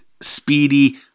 speedy